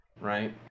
right